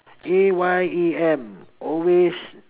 A Y A M always